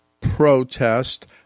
protest